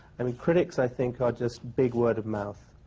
and critics, i think, are just big word of mouth.